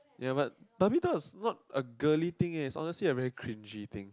ya but badminton is not a girly thing eh it's honestly a very cringey thing